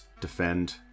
defend